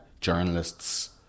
journalists